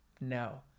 No